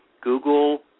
Google